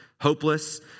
Hopeless